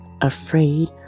afraid